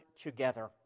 together